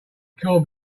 called